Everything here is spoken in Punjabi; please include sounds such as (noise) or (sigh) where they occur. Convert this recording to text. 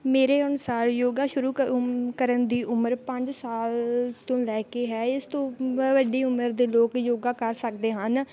ਮੇਰੇ ਅਨੁਸਾਰ ਯੋਗਾ ਸ਼ੁਰੂ ਕ ਉਮ ਕਰਨ ਦੀ ਉਮਰ ਪੰਜ ਸਾਲ ਤੋਂ ਲੈ ਕੇ ਹੈ ਇਸ ਤੋਂ (unintelligible) ਵੱਡੀ ਉਮਰ ਦੇ ਲੋਕ ਯੋਗਾ ਕਰ ਸਕਦੇ ਹਨ